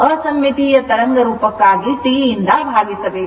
ಅಸಮ್ಮಿತೀಯ ತರಂಗ ರೂಪಕ್ಕಾಗಿ T ಯಿಂದ ಭಾಗಿಸಬೇಕು